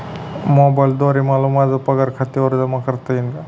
मोबाईलद्वारे मला माझा पगार खात्यावर जमा करता येईल का?